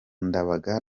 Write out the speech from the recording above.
ndabaga